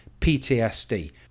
PTSD